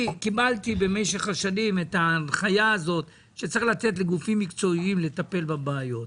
שבמשך השנים קיבלתי את ההנחיה שצריך לתת לגופים מקצועיים לטפל בבעיות.